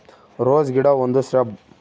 rose ಗಿಡ ಒಂದು shrub